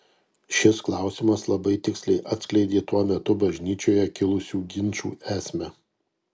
šis klausimas labai tiksliai atskleidė tuo metu bažnyčioje kilusių ginčų esmę